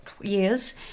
years